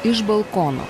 iš balkono